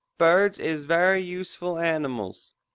birds is very useful animals.